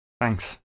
Thanks